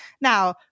Now